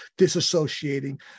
disassociating